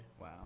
Wow